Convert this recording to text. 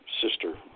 sister